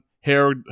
hair